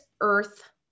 Earth